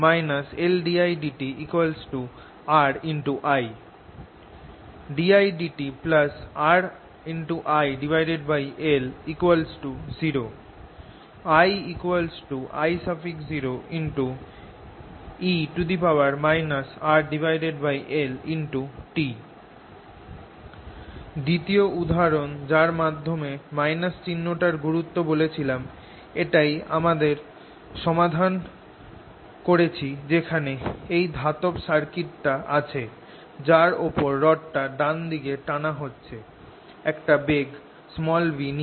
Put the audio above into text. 0 LddtI RI ddtIRLI 0 I I0e RLt দ্বিতীয় উদাহরণ যার মাধ্যমে - চিহ্নটার গুরুত্ব বলেছিলাম এটাই আমরা সমাধান করেছি যেখানে এই ধাতব সার্কিটটা আছে যার ওপর রডটা ডান দিকে টানা হচ্ছে একটা বেগ v নিয়ে